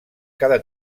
cada